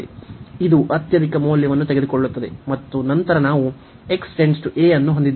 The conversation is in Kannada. ಇದು ಅತ್ಯಧಿಕ ಮೌಲ್ಯವನ್ನು ತೆಗೆದುಕೊಳ್ಳುತ್ತದೆ ಮತ್ತು ನಂತರ ನಾವು x → a ಅನ್ನು ಹೊಂದಿದ್ದೇವೆ